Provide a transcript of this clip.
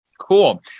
cool